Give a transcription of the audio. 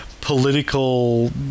political